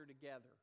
together